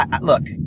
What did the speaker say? look